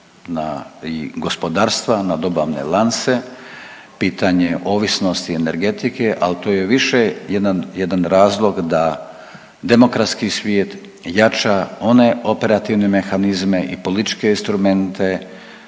na gospodarstva, na dobavne lance, pitanje ovisnosti energetike, al to je više jedan, jedan razlog da demokratski svijet jača one operativne mehanizme i političke instrumente